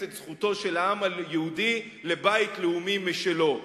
את זכותו של העם היהודי לבית יהודי משלו,